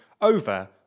over